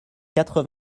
quatre